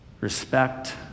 respect